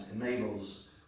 enables